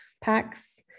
packs